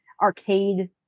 arcade